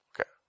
Okay